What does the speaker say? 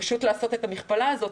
פשוט לעשות את המכפלה הזאת,